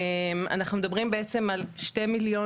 אנחנו מדברים בעצם על 2 מיליון